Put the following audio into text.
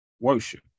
worship